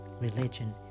religion